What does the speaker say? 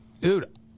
dude